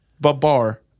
Babar